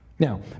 Now